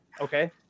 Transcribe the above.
Okay